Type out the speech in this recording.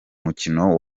mukino